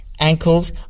ankles